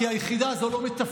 כי היחידה הזו לא מתפקדת.